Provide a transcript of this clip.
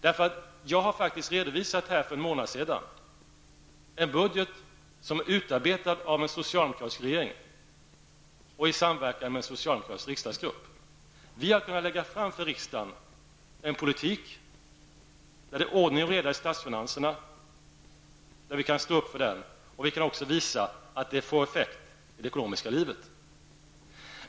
För en månad sedan har jag faktiskt redovisat en budget som utarbetats av den socialdemokratiska regeringen i samverkan med socialdemokratins riksdagsgrupp. Vi har kunnat lägga fram för riksdagen en politik med ordning och reda i statsfinanserna som vi kan stå för. Vi kan också visa att det får effekt i det ekonomiska livet.